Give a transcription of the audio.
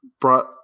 brought